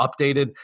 updated